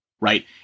right